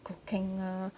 cooking lah